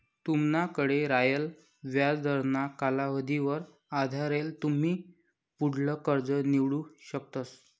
तुमनाकडे रायेल व्याजदरना कालावधीवर आधारेल तुमी पुढलं कर्ज निवडू शकतस